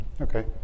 Okay